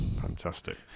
Fantastic